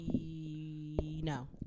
no